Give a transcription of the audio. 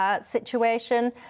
situation